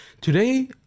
Today